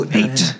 eight